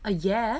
uh ya